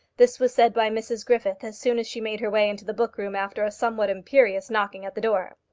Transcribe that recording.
this was said by mrs griffith as soon as she made her way into the book-room after a somewhat imperious knocking at the door.